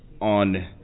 on